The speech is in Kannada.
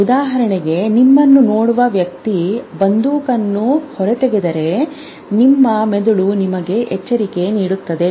ಉದಾಹರಣೆಗೆ ನಿಮ್ಮನ್ನು ನೋಡುವ ವ್ಯಕ್ತಿ ಬಂದೂಕನ್ನು ಹೊರತೆಗೆದರೆ ನಿಮ್ಮ ಮೆದುಳು ನಿಮಗೆ ಎಚ್ಚರಿಕೆ ನೀಡುತ್ತದೆ